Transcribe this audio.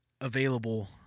available